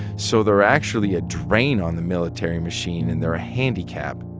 so they're actually a drain on the military machine, and they're a handicap.